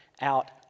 out